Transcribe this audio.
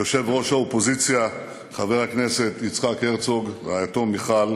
יושב-ראש האופוזיציה חבר הכנסת יצחק הרצוג ורעייתו מיכל,